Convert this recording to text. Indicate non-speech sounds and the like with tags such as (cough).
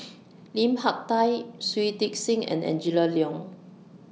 (noise) Lim Hak Tai Shui Tit Sing and Angela Liong